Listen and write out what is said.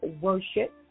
worship